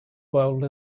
world